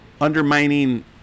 undermining